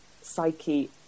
psyche